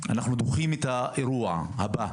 שאנחנו דוחים את האירוע הבא.